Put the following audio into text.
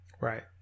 right